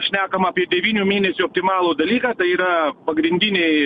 šnekama apie devynių mėnesių optimalų dalyką tai yra pagrindiniai